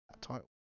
title